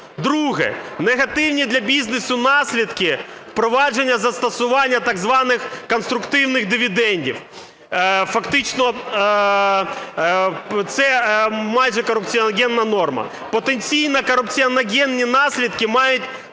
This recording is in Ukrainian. Друге. Негативні для бізнесу наслідки впровадження застосування так званих конструктивних дивідендів. Фактично це майже корупціогенна норма. Потенційні корупціогенні наслідки має